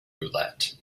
roulette